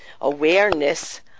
awareness